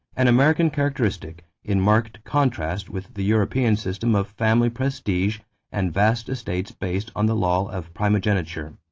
an american characteristic, in marked contrast with the european system of family prestige and vast estates based on the law of primogeniture.